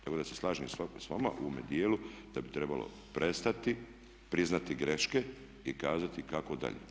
Tako da se slažem sa vama u ovome dijelu da bi trebalo prestati, priznati greške i kazati kako dalje.